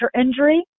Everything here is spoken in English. injury